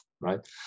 right